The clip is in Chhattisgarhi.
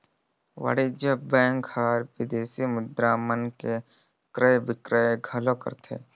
वाणिज्य बेंक हर विदेसी मुद्रा मन के क्रय बिक्रय घलो करथे